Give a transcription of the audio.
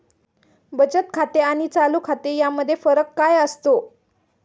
बचत खाते आणि चालू खाते यामध्ये फरक काय असतो?